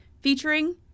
featuring